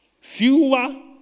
fewer